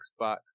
xbox